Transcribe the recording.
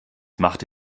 machte